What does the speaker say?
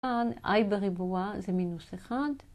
אי בריבוע זה מינוס אחד.